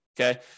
Okay